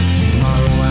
tomorrow